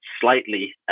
slightly